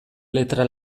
letra